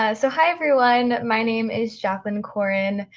ah so hi everyone. my name is jaclyn corin.